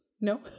no